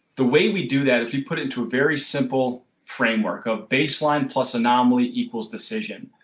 the way we do that if you put into a very simple framework of baseline plus anomaly equals decision.